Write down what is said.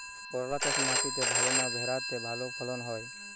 করলা চাষ মাটিতে ভালো না ভেরাতে ভালো ফলন হয়?